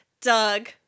Doug